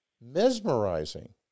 mesmerizing